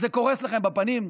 אז זה קורס לכם בפנים.